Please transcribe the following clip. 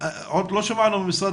משרד